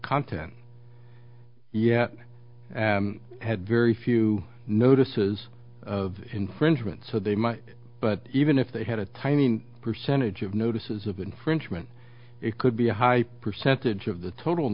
content yet had very few notices of infringement so they might but even if they had a tiny percentage of notices of infringement it could be a high percentage of the total